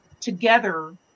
together